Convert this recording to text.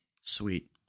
Sweet